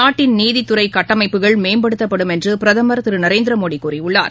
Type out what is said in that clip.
நாட்டின் நீதித்துறைகட்டமைப்புகள் மேம்படுத்தப்படும் என்றுபிரதமர் திருநரேந்திரமோடிகூறியுள்ளார்